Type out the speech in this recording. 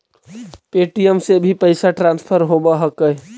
Paytm से भी पैसा ट्रांसफर होवहकै?